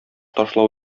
ташлау